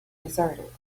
deserted